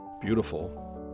beautiful